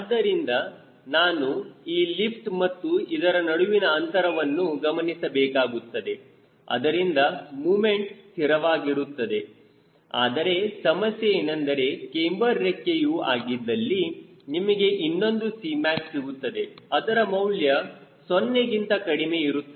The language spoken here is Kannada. ಆದ್ದರಿಂದ ನಾನು ಈ ಲಿಫ್ಟ್ ಮತ್ತು ಇದರ ನಡುವಿನ ಅಂತರವನ್ನು ಗಮನಿಸಬೇಕಾಗುತ್ತದೆ ಅದರಿಂದ ಮೊಮೆಂಟ್ ಸ್ಥಿರವಾಗುತ್ತದೆ ಆದರೆ ಸಮಸ್ಯೆ ಏನೆಂದರೆ ಕ್ಯಾಮ್ಬರ್ ರೆಕ್ಕೆಯು ಆಗಿದ್ದಲ್ಲಿ ನಿಮಗೆ ಇನ್ನೊಂದು Cmac ಸಿಗುತ್ತದೆ ಅದರ ಮೌಲ್ಯ 0ಗಿಂತ ಕಡಿಮೆ ಇರುತ್ತದೆ